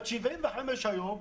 בת 75 היום,